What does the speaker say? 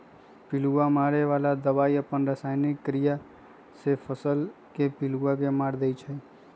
पिलुआ मारे बला दवाई अप्पन रसायनिक क्रिया से फसल के पिलुआ के मार देइ छइ